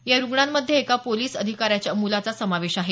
या रुग्णांमध्ये एका पोलिस अधिकाऱ्याच्या मुलाचा समावेश आहे